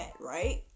right